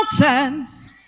mountains